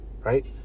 Right